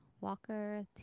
Walker